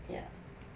ya